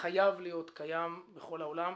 וחייב להיות קיים בכל העולם.